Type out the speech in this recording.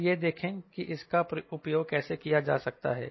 अब यह देखें कि इसका उपयोग कैसे किया जा सकता है